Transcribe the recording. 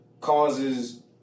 causes